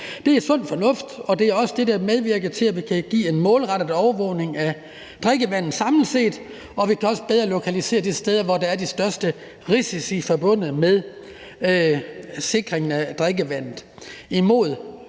Det er sund fornuft, og det er også det, der medvirker til, at vi samlet set kan have en målrettet overvågning af drikkevandet, og at vi også bedre kan lokalisere de steder, hvor der er de største risici forbundet med sikringen af drikkevandet